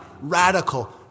radical